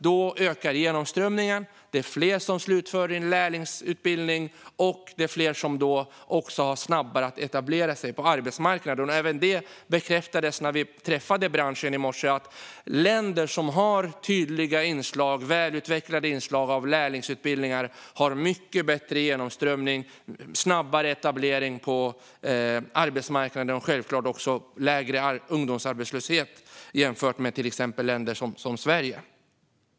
Då ökar genomströmningen, och fler slutför lärlingsutbildningen, vilket betyder att fler kan etablera sig snabbare på arbetsmarknaden. Detta bekräftades även när vi träffade branschen i morse. Länder som har välutvecklade lärlingsutbildningar har mycket bättre genomströmning, snabbare etablering på arbetsmarknaden och självklart också lägre ungdomsarbetslöshet jämfört med till exempel Sverige.